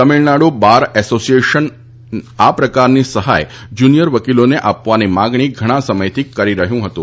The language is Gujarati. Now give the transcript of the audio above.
તમીળનાડુ બાર એસોસીએશન આ પ્રકારની સહાય જુનીયર વકીલોને આપવાની માગણી ઘણા સમયથી કરી રહ્યું હતું